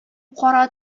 кара